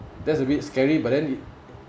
that's a bit scary but then